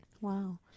Wow